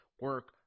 Work